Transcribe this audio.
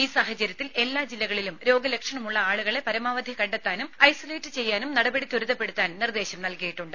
ഈ സാഹചര്യത്തിൽ എല്ലാ ജില്ലകളിലും രോഗലക്ഷണമുള്ള ആളുകളെ പരമാവധി കണ്ടെത്താനും ഐസോലേറ്റ് ചെയ്യാനും നടപടി ത്വരിതപ്പെടുത്താൻ നിർദ്ദേശം നൽകിയിട്ടുണ്ട്